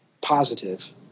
positive